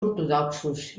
ortodoxos